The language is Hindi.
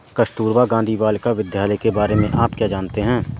कस्तूरबा गांधी बालिका विद्यालय के बारे में आप क्या जानते हैं?